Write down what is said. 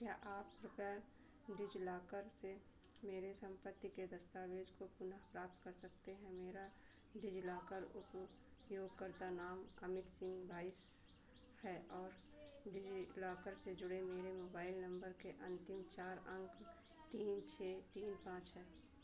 क्या आप कृपया डिजलाकर से मेरी संपत्ति के दस्तावेज़ को पुनः प्राप्त कर सकते हैं मेरा डिजलॉकर उपयोगकर्ता नाम अमित सिंह बाईस है और डिजिलॉकर से जुड़े मेरे मोबाइल नंबर के अंतिम चार अंक तीन छः तीन पाँच है